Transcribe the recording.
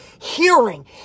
hearing